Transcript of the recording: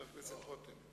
חבר הכנסת רותם.